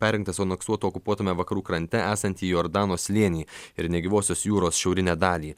perrinktas aneksuotų okupuotame vakarų krante esantį jordano slėnį ir negyvosios jūros šiaurinę dalį